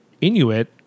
Inuit